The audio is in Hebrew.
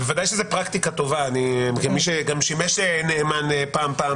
בוודאי שזאת פרקטיקה טובה ואני אומר את זה כמי ששימש נאמן פעם-פעמיים.